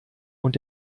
und